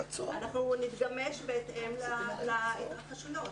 אנחנו נתגמש בהתאם להתרחשויות.